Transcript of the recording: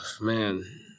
man